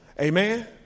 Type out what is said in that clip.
Amen